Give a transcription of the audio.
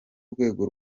urwego